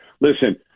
listen